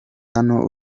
hano